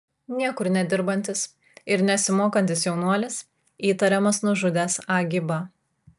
niekur nedirbantis ir nesimokantis jaunuolis įtariamas nužudęs a gibą